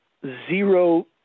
zero